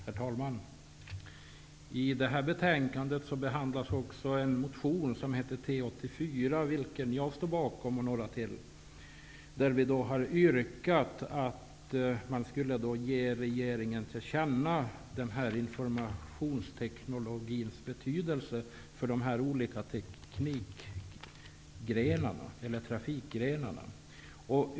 Herr talman! I det här betänkandet behandlas en motion, T84, vilken jag och några till står bakom. I den motionen yrkar vi att riksdagen skall ge regeringen till känna den här informationsteknologins betydelse för dessa olika trafikgrenar.